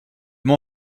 mon